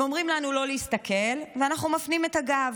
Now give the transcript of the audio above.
הם אומרים לנו לא להסתכל, ואנחנו מפנים את הגב,